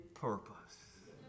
purpose